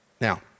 Now